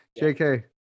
Jk